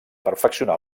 perfeccionar